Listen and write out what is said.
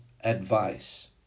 advice